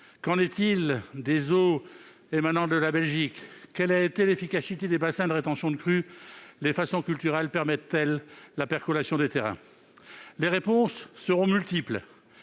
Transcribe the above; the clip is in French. Qu'en est-il des eaux situées en Belgique ? Quelle a été l'efficacité des bassins de rétention de crues ? Les façons culturales permettent-elles la percolation des terrains ? Les réponses seront multiples